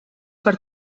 per